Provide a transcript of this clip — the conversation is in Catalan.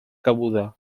cabuda